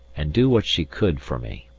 and do what she could for me.